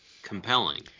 compelling